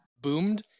boomed